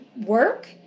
work